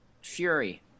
Fury